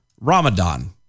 Ramadan